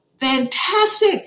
fantastic